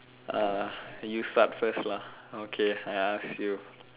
uh you start first lah okay I ask you